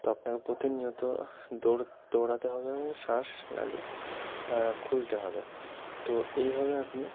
তো আপনাকে প্রতিনিয়ত দৌড়ো দৌড়াতে হবে এবং শ্বাসনালী খুলতে হবে তো এইভাবে আপনি